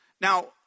Now